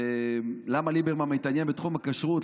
למה ליברמן מתעניין בתחום הכשרות,